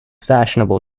fashionable